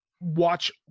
watch